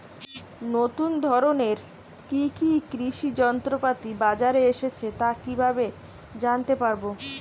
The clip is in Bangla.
নতুন ধরনের কি কি কৃষি যন্ত্রপাতি বাজারে এসেছে তা কিভাবে জানতেপারব?